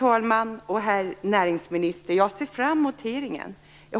Fru talman och herr näringsminister! Jag ser fram emot hearingen.